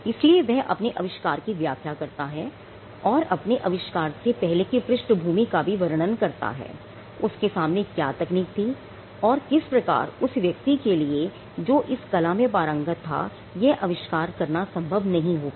इसलिए वह अपने अविष्कार की व्याख्या करता है और अपनी अविष्कार से पहले की पृष्ठभूमि का भी वर्णन करता है उसके सामने क्या तकनीक थी और किस प्रकार उस व्यक्ति के लिए जो इस कला में पारंगत था यह अविष्कार करना संभव नहीं हो पाया